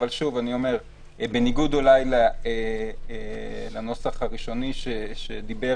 אבל אני שוב אומר שבניגוד לנוסח הראשוני שדיבר